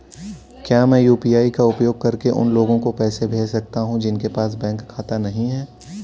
क्या मैं यू.पी.आई का उपयोग करके उन लोगों को पैसे भेज सकता हूँ जिनके पास बैंक खाता नहीं है?